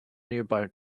nearby